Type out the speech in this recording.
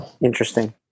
Interesting